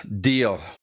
Deal